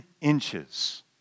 inches